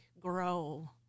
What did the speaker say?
grow